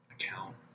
account